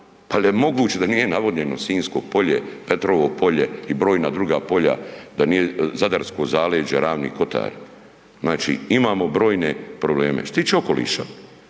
ali je moguće da nije navodnjeno Sinjsko polje, Petrovo polje i brojna druga polja, da nije zadarsko zaleđe, Ravni kotari. Znači imamo brojne probleme. Što se tiče okoliša